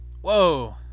Whoa